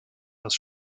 als